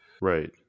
Right